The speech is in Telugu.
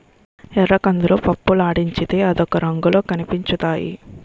ఎర్రకందులు పప్పులాడించితే అదొక రంగులో కనిపించుతాయి